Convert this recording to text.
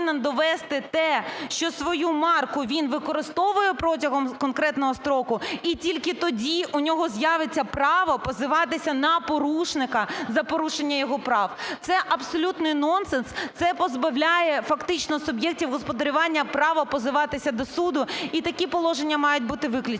довести те, що свою марку він використовує протягом конкретного строку, і тільки тоді у нього з'явиться право позиватися на порушника за порушення його прав. Це абсолютний нонсенс. Це позбавляє фактично суб'єктів господарювання права позиватися до суду, і такі положення мають бути виключені.